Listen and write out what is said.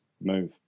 move